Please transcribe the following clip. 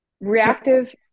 reactive